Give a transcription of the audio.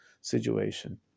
situation